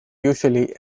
usually